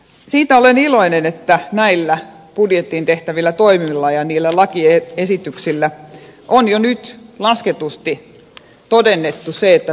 siitä olen iloinen että näillä budjettiin tehtävillä toimilla ja niillä lakiesityksillä on jo nyt lasketusti todennettu se että tuloerot kapenevat